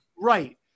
Right